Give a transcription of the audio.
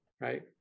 Right